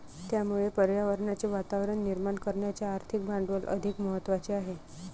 त्यामुळे पर्यावरणाचे वातावरण निर्माण करण्याचे आर्थिक भांडवल अधिक महत्त्वाचे आहे